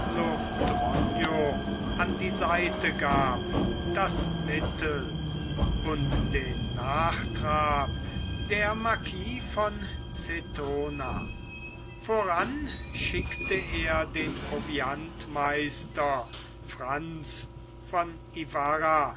an die seite gab das mittel und den nachtrab der marquis von cetona voran schickte er den proviantmeister franz von ibarra